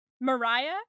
Mariah